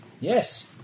Yes